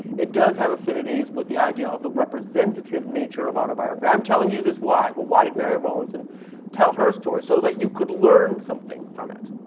it does have affinities with the idea of the representative nature of autobiography. i'm telling you this why? well, why did mary rowlandson tell her story? so that you could learn something from it.